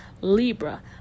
libra